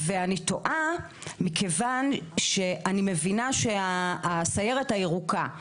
ואני תוהה, מכיוון שאני מבינה שהסיירת הירוקה,